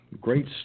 great